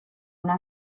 una